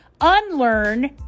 Unlearn